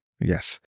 Yes